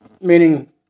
Meaning